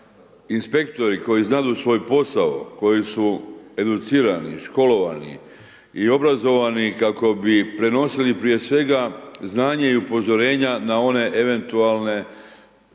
inspektori koji znadu svoj posao, koji su educirani, školovani i obrazovani kako bi prenosili prije svega znanje i upozorenja na one eventualne